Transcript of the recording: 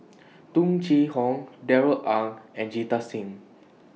Tung Chye Hong Darrell Ang and Jita Singh